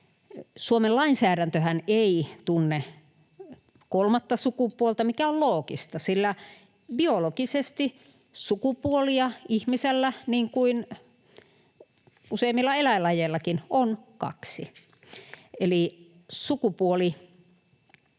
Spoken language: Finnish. Suomen lainsäädäntöhän ei tunne kolmatta sukupuolta, mikä on loogista, sillä biologisesti sukupuolia ihmisellä, niin kuin useimmilla eläinlajeillakin, on kaksi. Eli